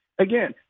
Again